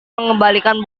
mengembalikan